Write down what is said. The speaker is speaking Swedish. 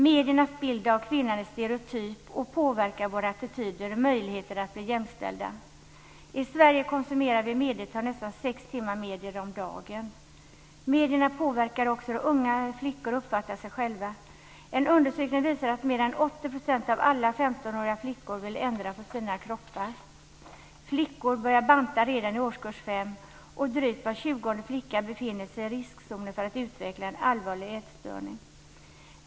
Mediernas bild av kvinnan är stereotyp och påverkar våra attityder och möjligheter att bli jämställda. I Sverige konsumerar vi i medeltal nästan sex timmar medier om dagen. Medierna påverkar också hur unga flickor uppfattar sig själva. En undersökning visar att mer än 80 % av alla 15-åriga flickor vill ändra på sina kroppar. Flickor börjar banta redan i årskurs fem, och drygt var tjugonde flicka befinner sig i riskzonen för att utveckla en allvarlig ätstörning.